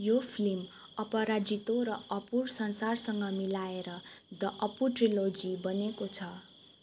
यो फिल्म अपराजितो र अपुर संसारसँग मिलाएर द अपु ट्र्यालोजी बनेको छ